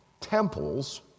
temples